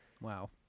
Wow